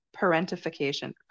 parentification